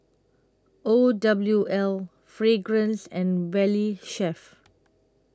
O W L Fragrance and Valley Chef